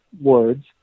words